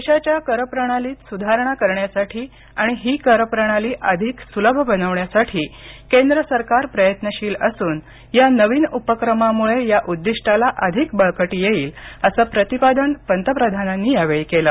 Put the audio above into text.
देशाच्या कर प्रणालीत सुधारणा करण्यासाठी आणि ही कर प्रणाली अधिक सुलभ बनवण्यासाठी केंद्र सरकार प्रयत्नशील असून या नवीन उपक्रमामुळे या उद्दिष्टाला अधिक बळकटी येईल अस प्रतिपादन पंतप्रधानांनी यावेळी केलं